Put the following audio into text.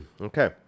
Okay